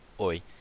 Oi